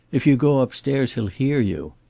if you go upstairs he'll hear you.